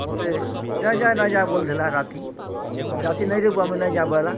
ମୋତେ ନା ଯାଆ ନା ଯାଆ ବୋଲୁଁ ଥିଲାଁ ରାତି ମୁଇଁ ରାତି ନାଇରେ ଯାବାରା